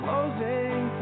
Closing